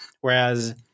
Whereas